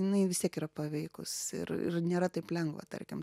jinai vis tiek yra paveikus ir ir nėra taip lengva tarkim